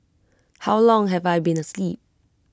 how long have I been asleep